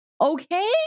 Okay